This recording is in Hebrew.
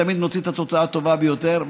תמיד נוציא את התוצאה הטובה ביותר.